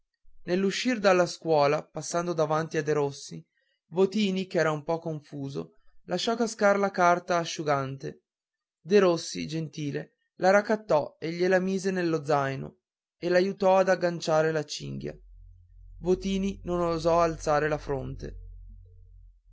nell'uscir dalla scuola passando davanti a derossi votini ch'era un po confuso lasciò cascar la carta asciugante derossi gentile la raccattò e gliela mise nello zaino e l'aiutò ad agganciare la cinghia votini non osò alzare la fronte